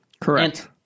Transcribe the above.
Correct